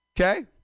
Okay